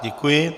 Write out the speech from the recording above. Děkuji.